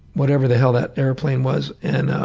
whatever the hell that airplane was, and ah